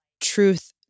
truth